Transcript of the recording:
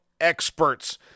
experts